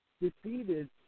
defeated